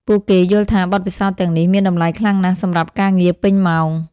ពួកគេយល់ថាបទពិសោធន៍ទាំងនេះមានតម្លៃខ្លាំងណាស់សម្រាប់ការងារពេញម៉ោង។